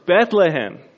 Bethlehem